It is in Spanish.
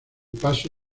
paso